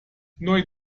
neu